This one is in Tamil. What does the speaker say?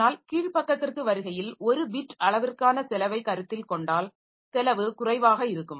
ஆனால் கீழ் பக்கத்திற்கு வருகையில் ஒரு பிட் அளவிற்கான செலவை கருத்தில் கொண்டால் செலவு குறைவாக இருக்கும்